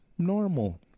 normal